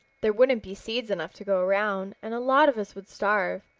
there wouldn't be seeds enough to go around, and a lot of us would starve.